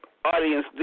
Audience